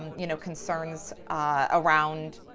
um you know, concerns around,